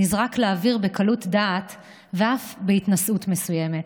נזרק לאוויר בקלות דעת ואף בהתנשאות מסוימת.